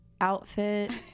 outfit